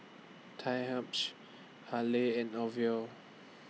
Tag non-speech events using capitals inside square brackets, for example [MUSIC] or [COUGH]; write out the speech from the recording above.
[UNINTELLIGIBLE] Halle and Orvel